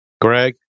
Greg